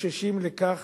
חוששים מכך